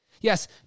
Yes